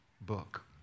book